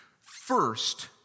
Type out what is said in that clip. First